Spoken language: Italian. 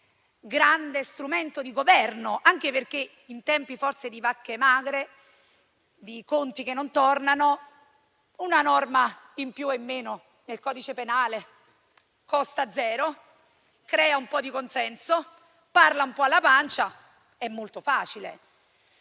grande strumento di governo, anche perché in tempi forse di vacche magre e di conti che non tornano, una norma in più o in meno nel codice penale costa zero, crea un po' di consenso, parla un po' alla pancia ed è molto facile.